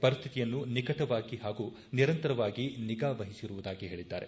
ಪರಿಸ್ಥಿತಿಯನ್ನು ನಿಕಟವಾಗಿ ಹಾಗೂ ನಿರಂತರವಾಗಿ ನಿಗಾ ವಹಿಸಿರುವುದಾಗಿ ಹೇಳಿದ್ದಾರೆ